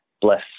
bless